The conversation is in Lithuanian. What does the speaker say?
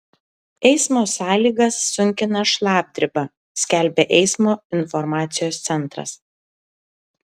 eismo sąlygas sunkina šlapdriba skelbia eismo informacijos centras